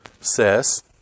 says